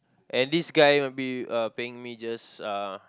and this guy might be uh paying me just uh